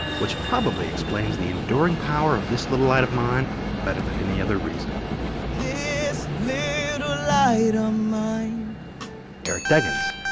which probably explains the enduring power of this little light of mine better than any other reason this little light of um mine eric deggans,